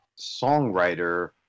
songwriter